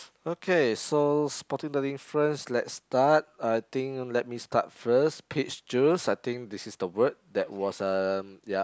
okay so spotting the difference let's start I think let me start first page I think this is the word that was uh yup